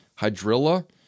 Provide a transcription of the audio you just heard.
hydrilla